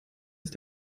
ist